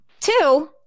Two